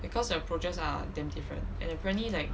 because the projects are damn different and apparently like